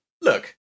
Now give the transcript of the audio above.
Look